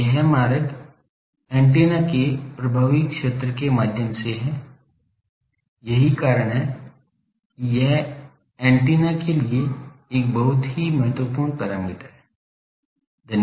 तो यह मार्ग एंटीना के प्रभाव क्षेत्र के माध्यम से है यही कारण है कि यह एंटीना के लिए एक बहुत ही महत्वपूर्ण पैरामीटर है